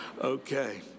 okay